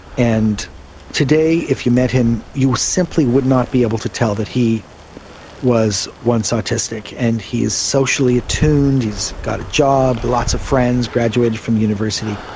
and today if you met him you simply would not be able to tell that he was once autistic. and he is socially attuned, he's got a job, lots of friends, graduated from university.